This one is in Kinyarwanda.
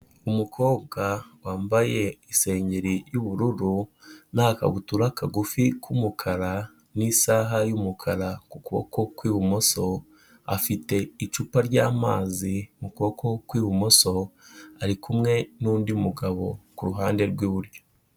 Umukobwa wambaye isengeri y'ubururu nkabutura kagufi k'umukara n'isaha y'umukara ku kuboko kw'ibumoso, afite icupa ryamazi mu kuboko kw'ibumoso, ari kumwe n'undi mugabo ku ruhande rw'iburyo.